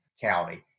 county